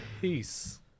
Peace